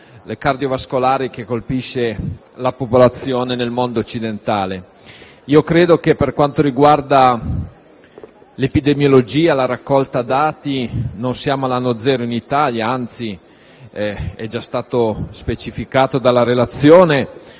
cardiovascolari, che colpiscono la popolazione nel mondo occidentale. Credo che per quanto riguarda l'epidemiologia e la raccolta dati non siamo all'anno zero in Italia, anzi. È già stato specificato dalla relazione